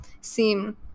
seem